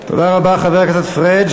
תודה רבה, חבר הכנסת פריג'.